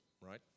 right